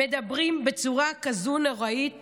מדברים בצורה כזאת נוראית